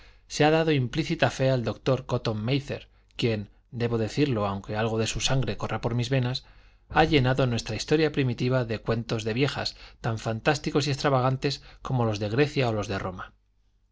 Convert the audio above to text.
se ha dado implícita fe al doctor cotton máther quien debo decirlo aunque algo de su sangre corra por mis venas ha llenado nuestra historia primitiva de cuentos de viejas tan fantásticos y extravagantes como los de grecia o los de roma